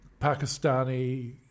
Pakistani